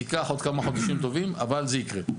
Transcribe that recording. זה ייקח עוד כמה חודשים טובים אבל זה יקרה.